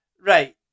Right